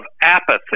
apathy